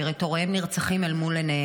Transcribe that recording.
את הוריהם נרצחים אל מול עיניהם,